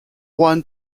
one